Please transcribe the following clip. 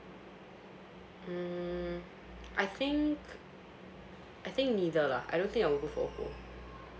mm I think I think neither lah I don't think I'll go for oppo